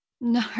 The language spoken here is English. No